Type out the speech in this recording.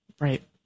Right